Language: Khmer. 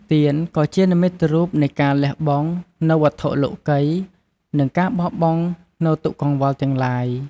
ទៀនក៏ជាជានិមិត្តរូបនៃការលះបង់នូវវត្ថុលោកិយ និងការបោះបង់នូវទុក្ខកង្វល់ទាំងឡាយ។